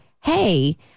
Hey